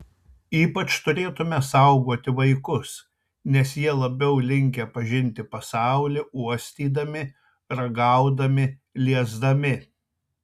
ypač turėtumėme saugoti vaikus nes jie labiau linkę pažinti pasaulį uostydami ragaudami liesdami